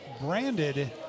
Branded